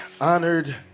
honored